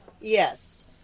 Yes